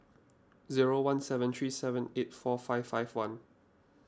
zero one seven three seven eight four five five one